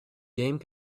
game